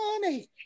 money